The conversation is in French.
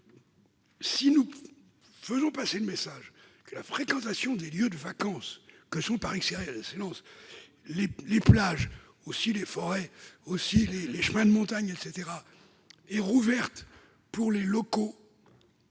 Si nous faisons passer le message que la fréquentation des lieux de vacances que sont les plages, les forêts et les chemins de montagne est rouverte pour les locaux,